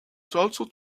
also